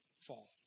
fall